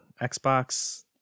Xbox